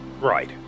Right